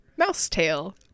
mousetail